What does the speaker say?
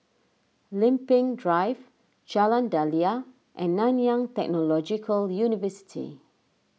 Lempeng Drive Jalan Daliah and Nanyang Technological University